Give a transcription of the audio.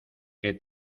que